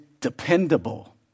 dependable